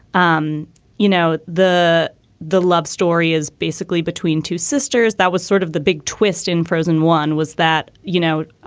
um you know, the the love story is basically between two sisters that was sort of the big twist in frozen. one was that, you know,